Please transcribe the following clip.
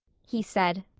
he said,